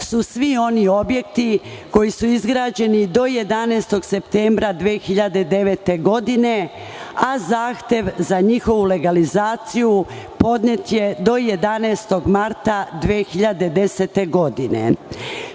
su svi oni objekti koji su izgrađeni do 11. septembra 2009. godine, a zahtev za njihovu legalizaciju podnet je do 11. marta 2010. godine.